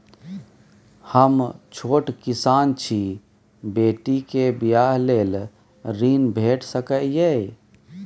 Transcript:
हम छोट किसान छी, बेटी के बियाह लेल ऋण भेट सकै ये?